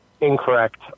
incorrect